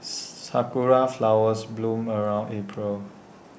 Sakura Flowers bloom around April